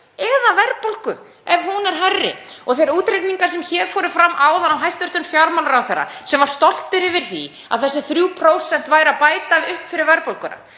eða verðbólgu ef hún er hærri. Og þeir útreikningar sem hér fóru fram áðan af hæstv. fjármálaráðherra, sem var stoltur yfir því að þessi 3% væru að bæta upp fyrir verðbólguna